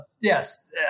Yes